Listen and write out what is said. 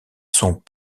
sont